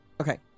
Okay